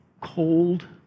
cold